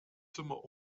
zimmer